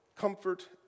comfort